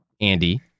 Andy